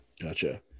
Gotcha